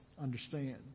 understand